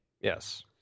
Yes